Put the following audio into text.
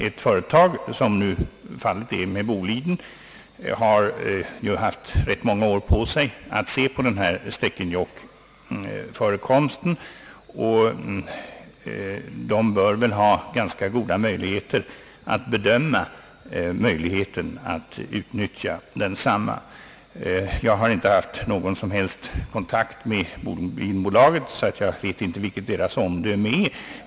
Ett företag som Bolidenbolaget, vilket under rätt många år har haft tillfälle att studera Stekenjokk-förekomsten, bör ha ganska goda förutsättningar att bedöma möjligheterna att utnyttja densamma. Jag har inte haft någon som helst kontakt med Bolidenbolaget och känner därför inte till hur bolaget bedömer detta projekt.